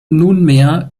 nunmehr